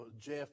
Jeff